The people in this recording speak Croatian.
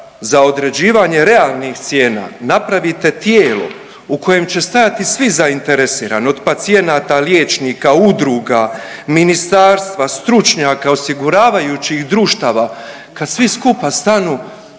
za određivanje realnih cijena napravite tijelo u kojem će stajati svi zainteresirani od pacijenata, liječnika, udruga, ministarstva, stručnjaka osiguravajućih društava kad svi skupa stanu